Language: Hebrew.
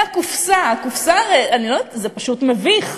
והקופסה, הקופסה הרי, אני לא יודעת, זה פשוט מביך,